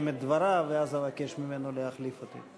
את דבריו ואז אבקש ממנו להחליף אותי.